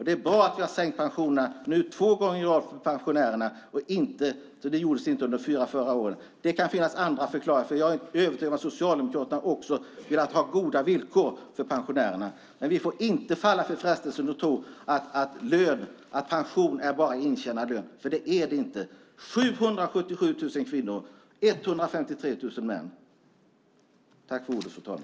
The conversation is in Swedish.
Det är bra att vi två gånger i rad sänkt skatten för pensionärerna. Det gjordes inte under den förra fyraårsperioden. Det kan finnas andra förklaringar. Jag är övertygad om att också Socialdemokraterna vill ha goda villkor för pensionärerna. Men vi får inte falla för frestelsen att tro att pension bara är intjänad lön. Så är det inte! Drygt 777 000 kvinnor och drygt 153 000 män handlar det alltså om.